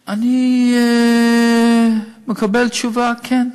ואני מקבל תשובה: כן,